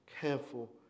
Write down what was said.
careful